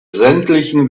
sämtlichen